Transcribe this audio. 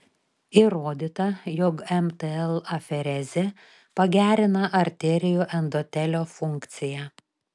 įrodyta jog mtl aferezė pagerina arterijų endotelio funkciją